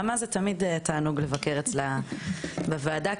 זה תמיד תענוג לבקר אצל נעמה בוועדה,